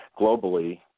globally